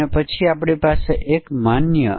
પરંતુ આ મૂલ્યોનો માન્ય સેટ છે